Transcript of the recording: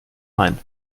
main